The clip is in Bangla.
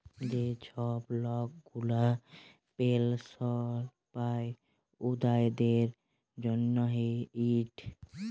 যে ছব লক গুলা পেলসল পায় উয়াদের জ্যনহে ইট